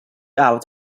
out